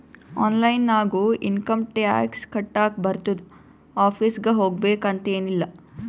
online ನಾಗು income tax ಕಟ್ಲಾಕ್ ಬರ್ತುದ್ ಆಫೀಸ್ಗ ಹೋಗ್ಬೇಕ್ ಅಂತ್ ಎನ್ ಇಲ್ಲ